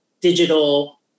digital